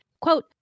quote